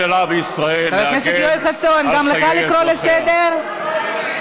תגנה את הטרור.